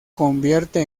convierte